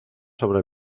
sobre